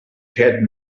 had